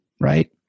right